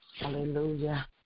Hallelujah